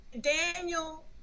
Daniel